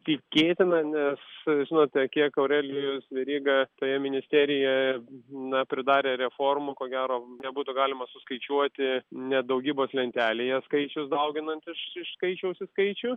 tikėtina nes žinote kiek aurelijus veryga toje ministerijoje na pridarė reformų ko gero nebūtų galima suskaičiuoti net daugybos lentelėje skaičius dauginant iš iš skaičiaus į skaičių